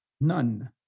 None